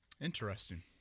Interesting